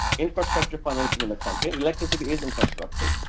infrastructure financing in the country and electricity is infrastructure.